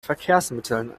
verkehrsmitteln